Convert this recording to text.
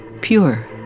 pure